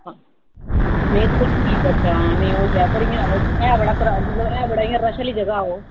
नेईं तुसें ठीक आखेआ नी ओह् ते ऐ पर बड़ा क्राउड ऐ ते बड़ा रश आह्ली जगह ओह्